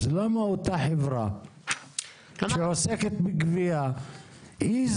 זה לא מאותה חברה שעוסקת בגבייה והיא